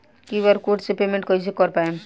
QR code से payment कईसे कर पाएम?